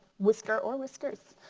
whisker or whiskers.